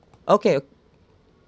okay